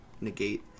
negate